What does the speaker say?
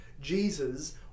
Jesus